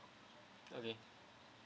okay